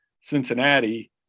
Cincinnati